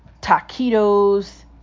taquitos